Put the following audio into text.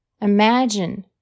Imagine